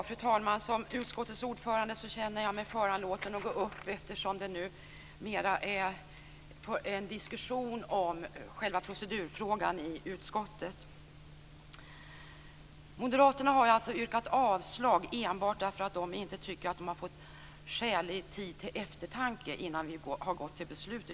Fru talman! Som utskottets ordförande känner jag mig föranlåten att gå upp i talarstolen. Det förs nu mer en diskussion om själva procedurfrågan i utskottet. Moderaterna har alltså yrkat avslag enbart därför att de tycker att de inte har fått skälig tid till eftertanke innan lagutskottet har gått till beslut.